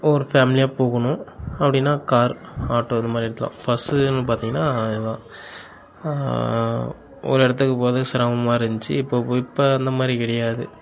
ஒரு ஃபேமிலியாக போகணும் அப்படின்னா கார் ஆட்டோ இது மாதிரி எடுக்கலாம் ஃபஸ்ஸுன்னு பார்த்திங்கன்னா இதுதான் ஒரு இடத்துக்கு போகிறதே சிரமமாக இருந்துச்சு இப்போ போய் இப்போ அந்த மாதிரி கிடையாது